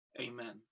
Amen